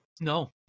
No